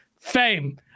Fame